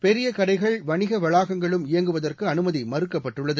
பெரியகடைகள் வணிகவளாகங்களும் இயங்குவதற்குஅனுமதிமறுக்கப்பட்டுள்ளது